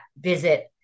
visit